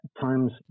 times